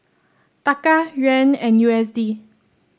Taka Yuan and U S D